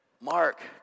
Mark